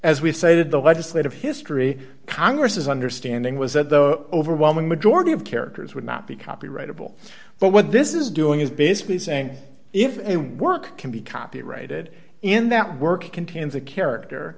as we say did the legislative history congresses understanding was that the overwhelming majority of characters would not be copyrightable but what this is doing is basically saying if a work can be copyrighted in that work it contains a character